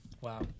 Wow